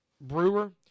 Brewer